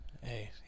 Hey